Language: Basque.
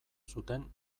zuten